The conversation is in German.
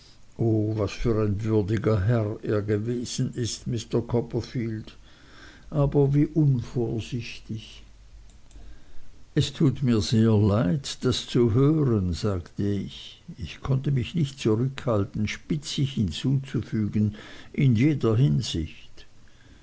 was für ein würdiger herr er gewesen is mister copperfield aber wie unvorsichtig es tut mir sehr leid das zu hören sagte ich ich konnte mich nicht zurückhalten spitzig hinzuzufügen in jeder hinsicht